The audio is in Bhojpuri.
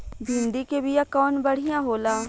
भिंडी के बिया कवन बढ़ियां होला?